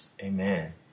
Amen